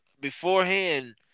beforehand